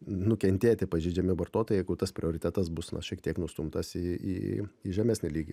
nukentėti pažeidžiami vartotojai jeigu tas prioritetas bus šiek tiek nustumtas į į į žemesnį lygį